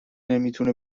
نمیتونه